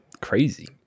Crazy